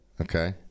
Okay